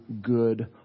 good